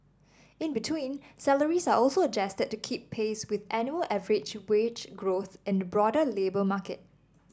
in between salaries are also adjusted to keep pace with annual average wage growth in the broader labour market